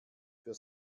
für